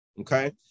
Okay